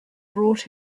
brought